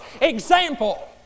example